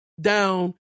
down